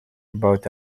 gebouwd